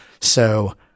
So-